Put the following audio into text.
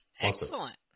Excellent